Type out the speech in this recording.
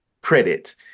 credit